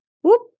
whoop